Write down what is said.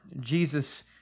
Jesus